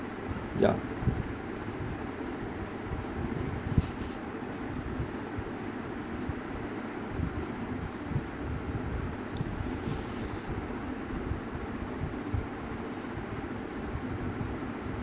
yeah